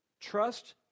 trust